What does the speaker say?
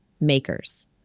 makers